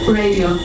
radio